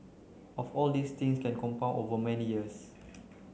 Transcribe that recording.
of all these things can compound over many years